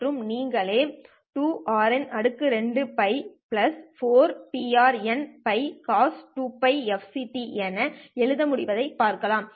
மற்றும் நீங்களே 2RN2τ4PRNτCos2Πfct என எழுத முடிவதை பார்க்கலாம்